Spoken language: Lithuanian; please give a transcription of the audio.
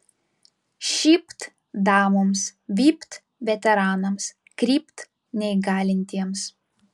šypt damoms vypt veteranams krypt neįgalintiems